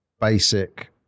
basic